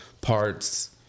parts